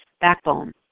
Backbone